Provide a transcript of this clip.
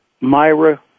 Myra